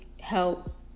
help